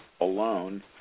alone